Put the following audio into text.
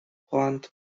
planned